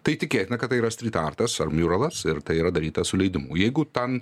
tai tikėtina kad tai yra strytartas ar miurolas ir tai yra daryta su leidimu jeigu ten